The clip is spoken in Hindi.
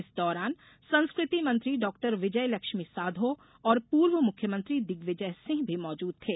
इस दौरान संस्कृति मंत्री डॉ विजय लक्ष्मी साधौ और पूर्व मुख्यमंत्री दिग्विजय सिंह भी मौजूद थे